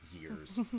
years